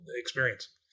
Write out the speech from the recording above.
experience